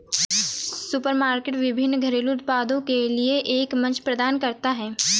supermarket विभिन्न घरेलू उत्पादों के लिए एक मंच प्रदान करता है